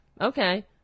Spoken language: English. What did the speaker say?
okay